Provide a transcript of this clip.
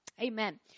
Amen